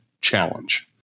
challenge